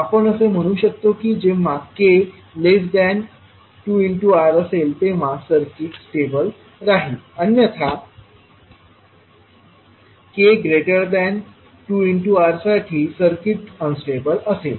आपण असे म्हणू शकतो की जेव्हाk2R असेल तेव्हा सर्किट स्टेबल राहील अन्यथा k2R साठी सर्किट अन्स्टेबल असेल